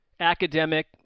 academic